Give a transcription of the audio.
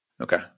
Okay